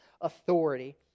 authority